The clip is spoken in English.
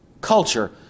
culture